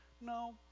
no